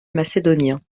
macédoniens